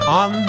on